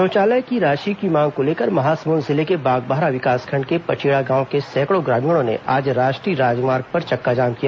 शौचालय की राशि की मांग को लेकर महासमुंद जिले के बागबाहरा विकासखंड के पचेड़ा गांव के सैकड़ों ग्रामीणों ने आज राष्ट्रीय राजमार्ग पर चक्काजाम किया